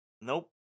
Nope